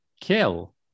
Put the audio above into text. Kill